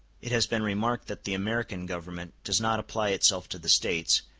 it has been remarked that the american government does not apply itself to the states,